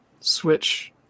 Switch